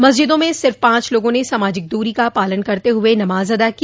मस्जिदों में सिर्फ पांच लोगों ने सामाजिक दूरी का पालन करते हुए नमाज अता की